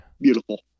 Beautiful